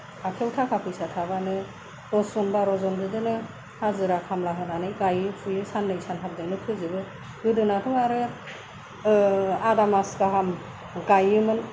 आखाइआव थाखा फैसा थाबानो दसजन बार'जन बिदिनो हाजिरा खामला होनानै गायो फुयो साननै सानथामजोंनो फोजोबो गोदोनाथ' आरो आदा मास गाहाम गायोमोन